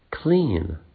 clean